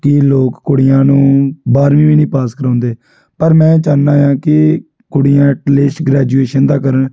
ਕਿ ਲੋਕ ਕੁੜੀਆਂ ਨੂੰ ਬਾਰਵੀਂ ਵੀ ਨਹੀਂ ਪਾਸ ਕਰਵਾਉਂਦੇ ਪਰ ਮੈਂ ਚਾਹੁੰਦਾ ਹਾਂ ਕਿ ਕੁੜੀਆਂ ਐਟ ਲਿਸ਼ ਗ੍ਰੈਜੂਏਸ਼ਨ ਤਾਂ ਕਰਨ